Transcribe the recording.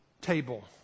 table